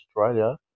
Australia